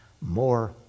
more